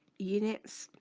units,